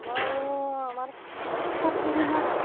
আমাৰো আমাৰ